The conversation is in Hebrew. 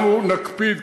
קו להצלת החיות.